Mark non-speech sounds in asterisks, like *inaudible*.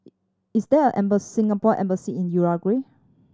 is there a *unintelligible* Singapore Embassy in Uruguay